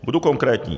Budu konkrétní.